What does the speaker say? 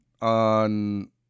on